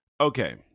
Okay